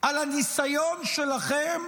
על הניסיון שלכם